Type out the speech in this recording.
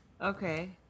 Okay